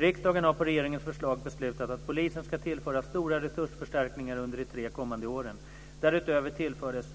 Riksdagen har på regeringens förslag beslutat att polisen ska tillföras stora resursförstärkningar under de tre kommande åren. Därutöver tillfördes